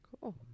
Cool